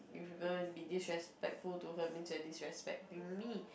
if you're going to be disrespectful to her means you're disrespecting me